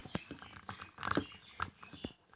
भुर भुरा माटिर खेती ज्यादा होचे या कम होचए?